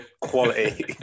quality